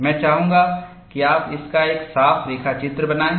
मैं चाहूंगा कि आप इसका एक साफ रेखाचित्र बनाएं